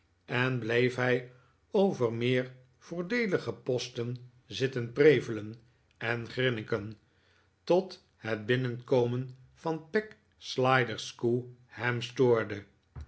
en bleef hij over meer voordeelige posten zitten prevelen en grinniken tot het binnenkomen van peg sliderskew hem stoorde